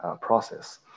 process